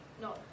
no